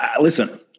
Listen